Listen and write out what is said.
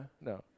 No